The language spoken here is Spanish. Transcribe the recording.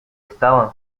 estaban